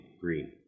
Green